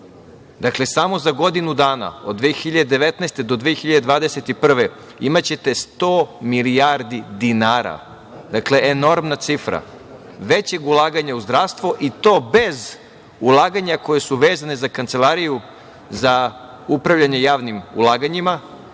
godine. Dakle, samo za godinu dana, od 2019. do 2021. godine, imaćete 100 milijardi dinara, dakle enormna cifra, većeg ulaganja u zdravstvo i to bez ulaganja koja su vezana za Kancelariju za upravljanje javnim ulaganjima